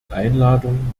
einladung